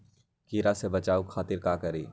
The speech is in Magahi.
कीरा से बचाओ खातिर का करी?